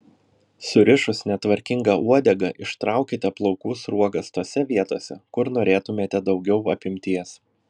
surišus netvarkingą uodegą ištraukite plaukų sruogas tose vietose kur norėtumėte daugiau apimties